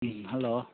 ꯎꯝ hello